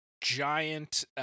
giant